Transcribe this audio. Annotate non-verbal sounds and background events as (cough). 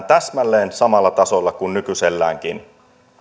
(unintelligible) täsmälleen samalla tasolla kuin nykyiselläänkin